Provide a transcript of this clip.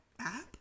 app